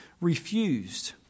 refused